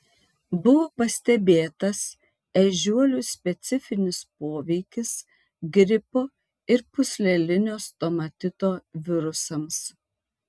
buvo pastebėtas ežiuolių specifinis poveikis gripo ir pūslelinio stomatito virusams